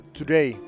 today